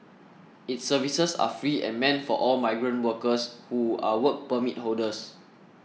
its services are free and meant for all migrant workers who are Work Permit holders